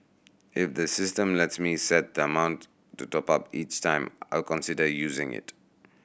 if the system lets me set the amount to top up each time I'll consider using it